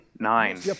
Nine